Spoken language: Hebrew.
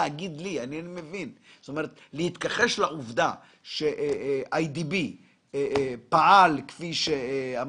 העובדה שאיי די בי פעל כפי שאמרתי,